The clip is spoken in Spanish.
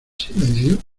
silencio